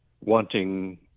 wanting